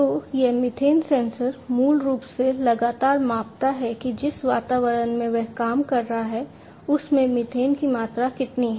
तो यह methane sensor मूल रूप से लगातार मापता है कि जिस वातावरण में वह काम कर रहा है उसमें मीथेन की मात्रा कितनी है